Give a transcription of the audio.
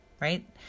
right